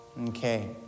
Okay